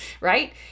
right